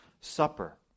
Supper